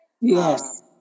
Yes